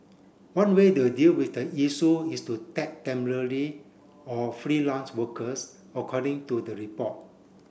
one way to deal with the issue is to tap temporary or freelance workers according to the report